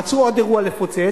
מצאו עוד אירוע לפוצץ,